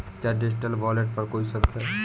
क्या digital wallet पर कोई शुल्क है?